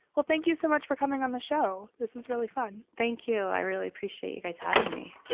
well, thank you so much for coming on the show. this was really fun. thank you. i really appreciate you guys having me